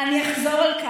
הוא ייצר עתיד,